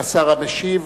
כשר המשיב,